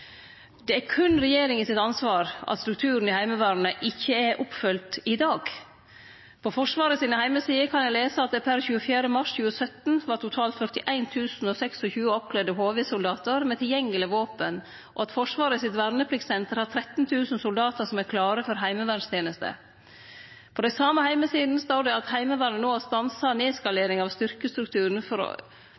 Det er berre regjeringa sitt ansvar at strukturen i Heimevernet ikkje er følgt opp i dag. På Forsvaret sine heimesider kan ein lese at det per 24. mars 2017 var totalt 41 026 oppkledde HV-soldatar med tilgjengeleg våpen, og at Forsvaret sitt vernepliktsenter har 13 000 soldatar som er klare for heimevernsteneste. På den same heimesida står det at Heimevernet no startar nedskalering av styrkestrukturen for å